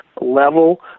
level